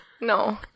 No